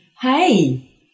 Hey